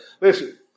Listen